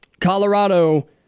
Colorado